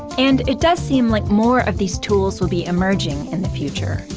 and it does seem like more of these tools will be emerging in the future.